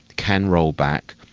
can roll back,